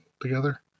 together